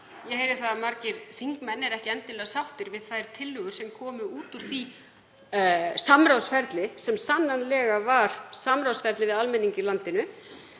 Ég heyri að margir þingmenn eru ekki endilega sáttir við þær tillögur sem komu út úr því samráðsferli, sem sannanlega var samráðsferli við almenning í landinu.